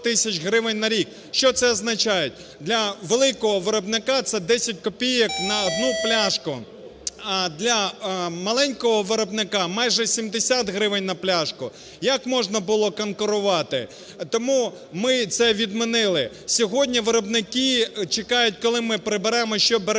Що це означає? Для великого виробника це 10 копійок на одну пляшку, а для маленького виробника – майже 70 гривень на пляшку. Як можна було конкурувати? Тому ми це відмінили. Сьогодні виробники чекають, коли ми приберемо ще бюрократичний